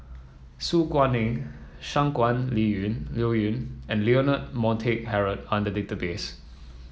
Su Guaning Shangguan Liyun Liuyun and Leonard Montague Harrod are in the database